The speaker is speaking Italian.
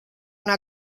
una